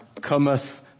cometh